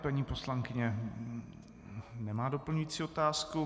Paní poslankyně nemá doplňující otázku.